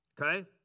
Okay